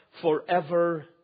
forever